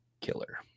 Killer